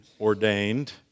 ordained